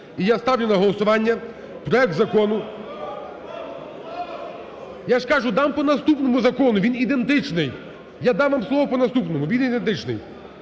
І я ставлю на голосування проект Закону… (Шум в залі) Я ж кажу, дам по наступному закону. Він ідентичний. Я дам вам слово по наступному. Він ідентичний.